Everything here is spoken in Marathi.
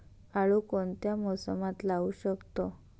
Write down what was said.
आळू कोणत्या मोसमात लावू शकतो?